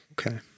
Okay